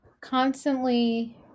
constantly